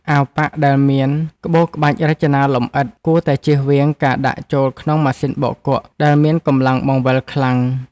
អាវប៉ាក់ដែលមានក្បូរក្បាច់រចនាលម្អិតគួរតែចៀសវាងការដាក់ចូលក្នុងម៉ាស៊ីនបោកគក់ដែលមានកម្លាំងបង្វិលខ្លាំង។